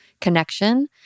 connection